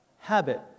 habit